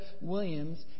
Williams